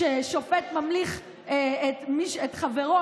ששופט ממליך את חברו,